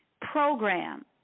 program